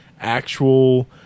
actual